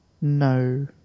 no